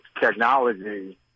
technology